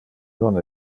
non